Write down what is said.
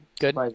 Good